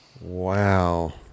Wow